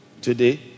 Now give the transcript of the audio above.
today